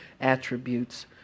attributes